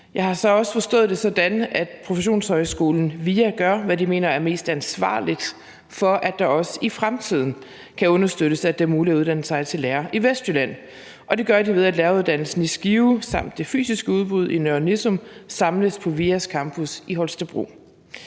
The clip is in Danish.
Jeg har så også forstået det sådan, at professionshøjskoler VIA gør, hvad de mener er mest ansvarligt for, at det også i fremtiden kan understøttes, at det er muligt at uddanne sig til lærer i Vestjylland, og det gør de, ved at læreruddannelsen i Skive samt det fysiske udbud i Nørre Nissum samles på VIA's campus i Holstebro.